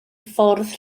ffwrdd